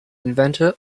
inventor